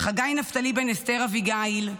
חגי נפתלי בן אסתר אביגיל,